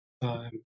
time